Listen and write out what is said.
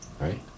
Right